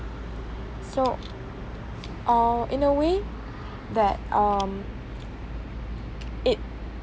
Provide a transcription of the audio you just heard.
so uh in a way that um it